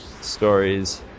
stories